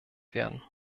werden